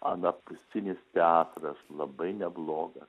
anapusinis teatras labai nebloga